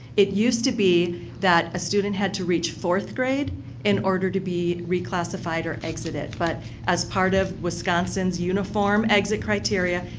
it used to be that a student had to reach fourth grade in order to be reclassified or exited. but as part of wisconsin's uniform exit criteria,